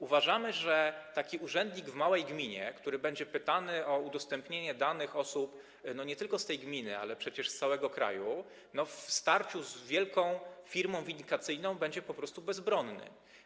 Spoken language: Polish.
Uważamy, że taki urzędnik w małej gminie, który będzie pytany o udostępnienie danych osób nie tylko z tej gminy, ale przecież z całego kraju, w starciu z wielką firmą windykacyjną będzie po prostu bezbronny.